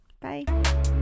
Bye